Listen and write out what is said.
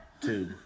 Two